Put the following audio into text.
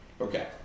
Okay